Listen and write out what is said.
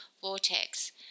vortex